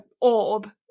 orb